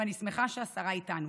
ואני שמחה שהשרה איתנו,